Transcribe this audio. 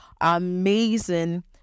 amazing